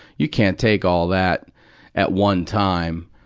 you can't take all that at one time.